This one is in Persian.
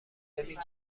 گردید